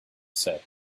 said